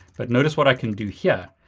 but notice what i can do here.